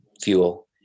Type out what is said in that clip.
fuel